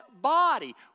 body